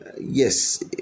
Yes